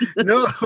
No